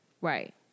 right